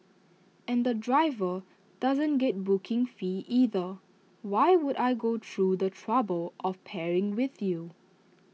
and the driver doesn't get booking fee either why would I go through the trouble of pairing with you